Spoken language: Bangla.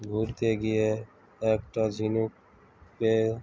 ঘুরতে গিয়ে একটা ঝিনুক পেয়ে